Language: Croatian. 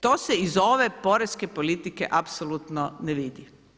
To se iz ove porezne politike apsolutno ne vidi.